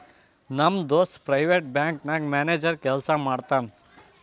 ನಮ್ ದೋಸ್ತ private bank ನಾಗ್ ಮ್ಯಾನೇಜರ್ ಕೆಲ್ಸಾ ಮಾಡ್ತಾನ್